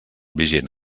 vigent